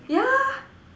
yeah